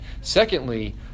Secondly